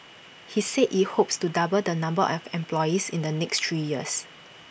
he said IT hopes to double the number of employees in the next three years